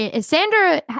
Sandra